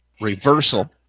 reversal